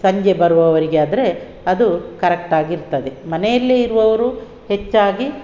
ಸಂಜೆ ಬರುವವರಿಗೆ ಆದರೆ ಅದು ಕರೆಕ್ಟ್ ಆಗಿರ್ತದೆ ಮನೆಯಲ್ಲೆ ಇರುವವರು ಹೆಚ್ಚಾಗಿ